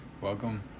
Welcome